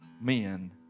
men